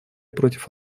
против